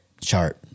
chart